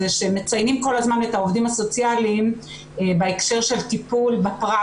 שמציינים כל הזמן את העובדים הסוציאליים בהקשר של טיפול בפרט.